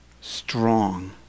strong